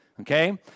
okay